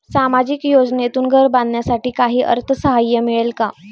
सामाजिक योजनेतून घर बांधण्यासाठी काही अर्थसहाय्य मिळेल का?